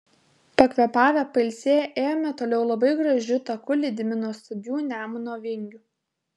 pakvėpavę pailsėję ėjome toliau labai gražiu taku lydimi nuostabių nemuno vingių